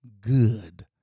good